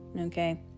okay